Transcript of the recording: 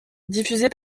diffusée